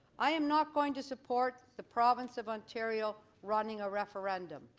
i'm not going to support the province of ontario running a referendum.